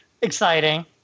exciting